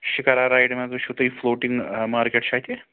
shikara ride منٛز وٕچھِو تُہۍ فُلوٹِنٛگ مارکٮ۪ٹ چھُ اَتہِ